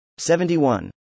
71